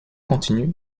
continue